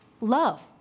love